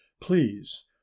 Please